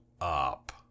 up